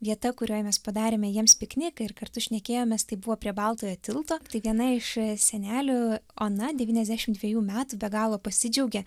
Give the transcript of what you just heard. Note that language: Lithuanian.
vieta kurioj mes padarėme jiems pikniką ir kartu šnekėjomės tai buvo prie baltojo tilto tai viena iš senelių ona devyniasdešimt dvejų metų be galo pasidžiaugė